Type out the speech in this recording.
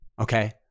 Okay